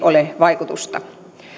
ole vaikutusta